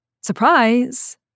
Surprise